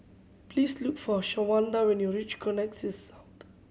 please look for Shawanda when you reach Connexis South